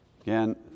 Again